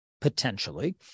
potentially